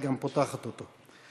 את גם פותחת אותו.